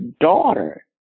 daughter